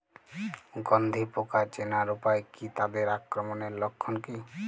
গন্ধি পোকা চেনার উপায় কী তাদের আক্রমণের লক্ষণ কী?